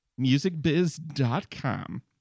musicbiz.com